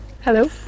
Hello